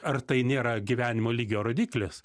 ar tai nėra gyvenimo lygio rodiklis